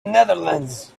netherlands